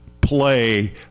play